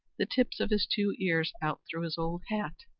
the tips of his two ears out through his old hat,